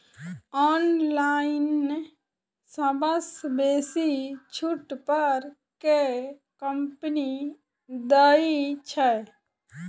Online सबसँ बेसी छुट पर केँ कंपनी दइ छै?